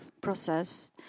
process